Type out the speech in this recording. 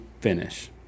finish